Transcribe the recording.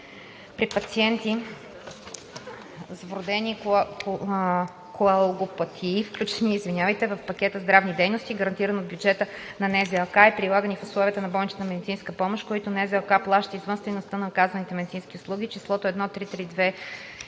при пациенти с вродени коагулопатии, включени в пакета здравни дейности, гарантиран от бюджета на НЗОК, и прилагани в условията на болничната медицинска помощ, които НЗОК плаща извън стойността на оказваните медицински услуги, числото „1 332